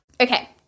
Okay